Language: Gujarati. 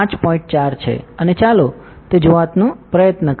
4 છે અને ચાલો તે જોવાનો પ્રયત્ન કરીએ